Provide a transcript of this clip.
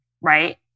right